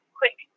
quick